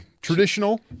traditional